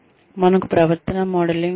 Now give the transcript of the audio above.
మనకు ప్రవర్తన మోడలింగ్ ఉంది